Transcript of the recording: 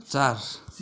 चार